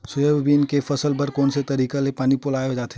Soybean के फसल बर कोन से तरीका ले पानी पलोय जाथे?